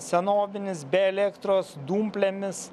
senovinis be elektros dumplėmis